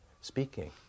speaking